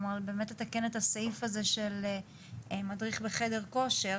כלומר באמת לתקן את הסעיף הזה של מדריך בחדר כושר.